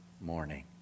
morning